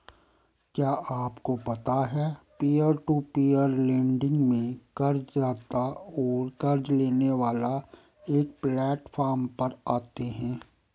क्या आपको पता है पीयर टू पीयर लेंडिंग में कर्ज़दाता और क़र्ज़ लेने वाला एक प्लैटफॉर्म पर आते है?